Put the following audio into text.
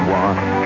one